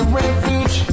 refuge